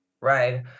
right